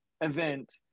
event